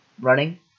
running